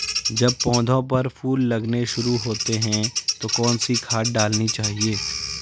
जब पौधें पर फूल लगने शुरू होते हैं तो कौन सी खाद डालनी चाहिए?